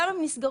למה הן נסגרות?